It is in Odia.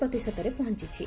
ପ୍ରତିଶତରେ ପହଞ୍ଚିଛି